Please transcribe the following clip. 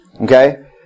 Okay